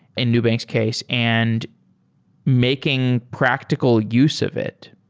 in nubank's case, and making practical use of it?